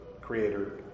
creator